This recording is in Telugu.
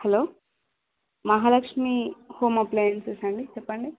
హలో మహాలక్ష్మి హోమ్ అప్లయెన్సెస్ అండి చెప్పండి